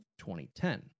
2010